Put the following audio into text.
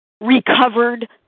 recovered